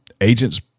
agents